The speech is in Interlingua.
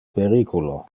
periculo